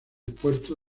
puerto